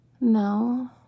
no